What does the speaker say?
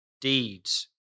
deeds